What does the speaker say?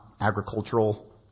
agricultural